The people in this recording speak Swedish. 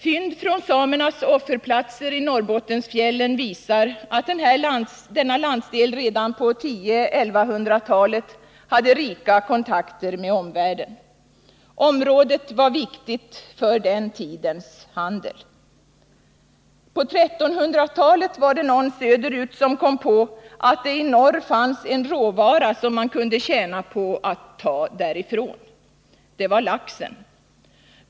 Fynd från samernas offerplatser i Norrbottensfjällen visar att denna landsdel redan på 1000-1100-talet hade rika kontakter med omvärlden. Området var viktigt för den tidens handel. På 1300-talet var det någon söderut som kom på att det i norr fanns en råvara som man kunde tjäna på att ta därifrån. Det var laxen.